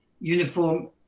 uniform